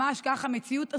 ממש כך, זו מציאות הזויה.